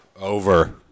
Over